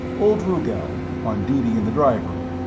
old rugel, on duty in the drive room,